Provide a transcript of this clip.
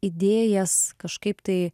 idėjas kažkaip tai